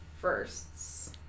firsts